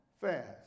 fast